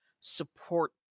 support